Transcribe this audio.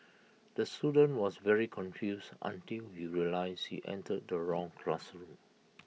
the student was very confused until he realised he entered the wrong classroom